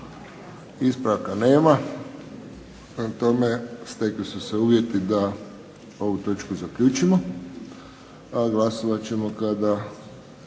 Ispravaka nema, prema tome stekli su se uvjeti da ovu točku zaključimo, a glasovat ćemo kada